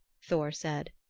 thor said.